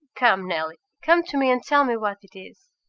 come, nelly, come to me, and tell me what it is